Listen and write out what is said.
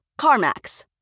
Carmax